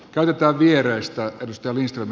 tarvitaan vierastaa työllistävä